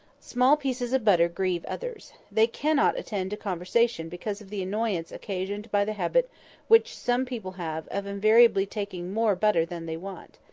small pieces of butter grieve others. they cannot attend to conversation because of the annoyance occasioned by the habit which some people have of invariably taking more butter than they want.